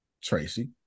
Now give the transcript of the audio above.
Tracy